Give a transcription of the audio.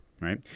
right